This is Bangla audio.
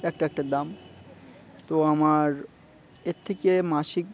একটা একটার দাম তো আমার এর থেকে মাসিক